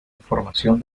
información